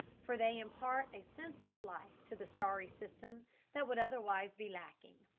for they impart a sense of life to the starry system that would otherwise be lacking.